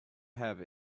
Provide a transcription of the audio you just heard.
have